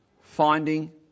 finding